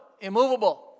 immovable